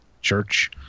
Church